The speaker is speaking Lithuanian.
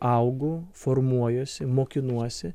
augu formuojuosi mokinuosi